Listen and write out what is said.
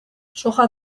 soja